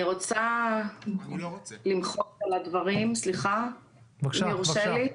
אני רוצה למחות על הדברים, אם יורשה לי.